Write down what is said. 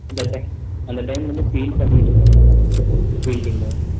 அந்த டைம் அந்த டைம் வந்து பீல் பண்ணிட்ருந்தேங்க மேடம் ஃபீல்டிங்கு